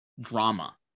drama